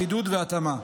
חידוד והתאמה.